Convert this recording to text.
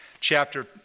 Chapter